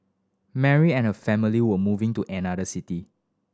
Mary and her family were moving to another city